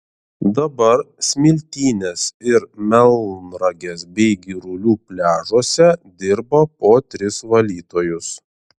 dabar smiltynės ir melnragės bei girulių pliažuose dirba po tris valytojus